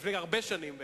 לפני הרבה שנים בעצם.